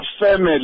family